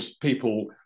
people